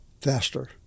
faster